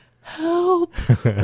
help